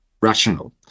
rational